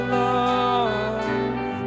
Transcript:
love